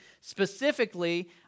specifically